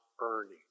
earning